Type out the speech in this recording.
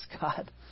God